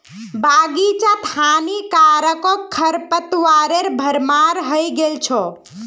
बग़ीचात हानिकारक खरपतवारेर भरमार हइ गेल छ